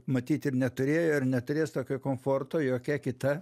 matyt ir neturėjo ir neturės tokio komforto jokia kita